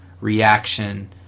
reaction